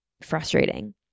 frustrating